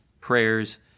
prayers